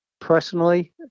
personally